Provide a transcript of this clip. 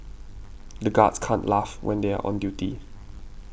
the guards can't laugh when they are on duty